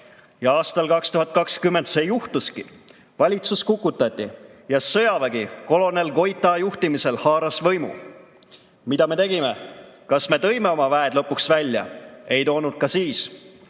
Ja aastal 2020 see juhtuski. Valitsus kukutati ja sõjavägi kolonel Goita juhtimisel haaras võimu. Mida me tegime? Kas me tõime oma [kontingendi] lõpuks ära? Ei toonud ka siis